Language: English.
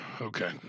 Okay